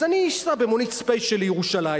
אז אני אסע במונית ספיישל לירושלים,